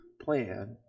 plan